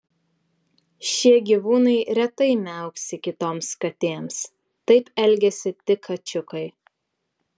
šie gyvūnai retai miauksi kitoms katėms taip elgiasi tik kačiukai